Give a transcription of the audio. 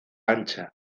ancha